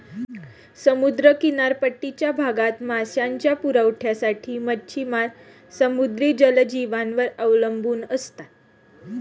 समुद्र किनारपट्टीच्या भागात मांसाच्या पुरवठ्यासाठी मच्छिमार समुद्री जलजीवांवर अवलंबून असतात